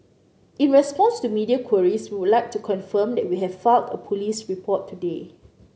in response to media queries we would like to confirm that we have filed a police report today